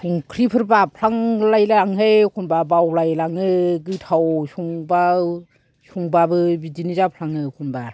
संख्रिफोर बाब फ्लांलाय लाङोहाय एखमबा बावलाय लाङो गोथाव संबाव संबाबो बिदि जाफ्लाङो एखमबा